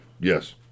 Yes